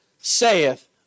saith